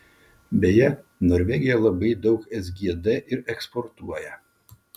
beje norvegija labai daug sgd ir eksportuoja